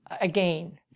again